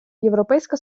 європейська